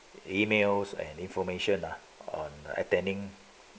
emails and information ah on attending